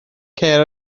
cer